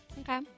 Okay